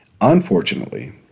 Unfortunately